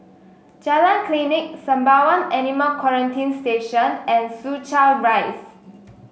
Jalan Klinik Sembawang Animal Quarantine Station and Soo Chow Rise